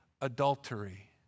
adultery